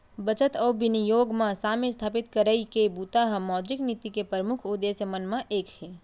बचत अउ बिनियोग म साम्य इस्थापित करई के बूता ह मौद्रिक नीति के परमुख उद्देश्य मन म एक हे